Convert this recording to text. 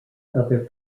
other